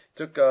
took